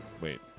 wait